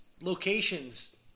locations